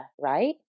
right